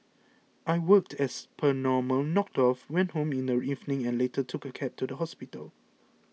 I worked as per normal knocked off went home in the evening and later took a cab to the hospital